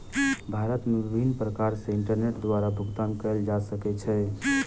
भारत मे विभिन्न प्रकार सॅ इंटरनेट द्वारा भुगतान कयल जा सकै छै